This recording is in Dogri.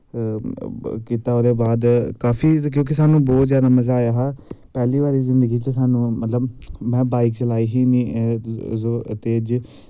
कीता ओह्दै बाद काफी क्योंकि स्हानू बहुत जादा मज़ा आया हा पैह्ली बारी जिन्दगी च स्हानू मतलव में बाईक चलाई ही इन्नी तेज़